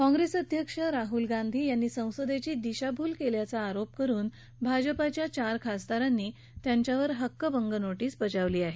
काँग्रेस अध्यक्ष राहल गांधी यांनी संसदेची दिशाभूल केल्याचा आरोप करुन भाजपाच्या चार खासदारांनी हक्कभंग नोटीस बजावली आहे